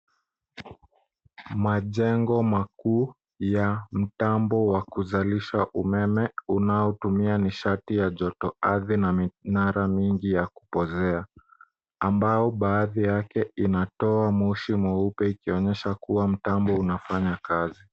Majengo makuu ya mtambo wa kuzalisha umeme unaotumia nishati ya joto ardhi na minara mingi ya kupozea ambao baadhi yake inatoa moshi mweupe, ikionyesha kuwa mtambo inafanya kazi.